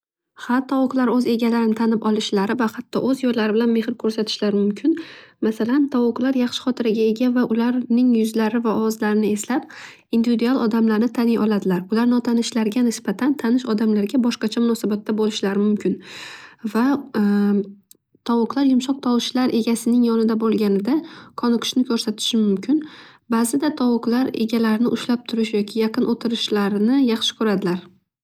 Ha tovuqlar o'z egalarini tanib olishlari hatto o'z yo'llari bilan mehr ko'rsatishlari mumkin. Masalan tovuqlar yaxshi xotiraga ega va ularning yuzlari va ovozlarini eslab individual odamlarni taniy oladilar. Ular notanishlarga nisbatan tanish odamlarga boshqacha munosabatda bo'lishlari mumkin. Va tovuqlar yumshoq tovushlar egasining yonida bo'lganida qoniqishni ko'rsatishi mumkin. Bazida tovuqlar egalarini ushlab turish yoki yaqin o'tirishlarini yaxshi ko'radilar.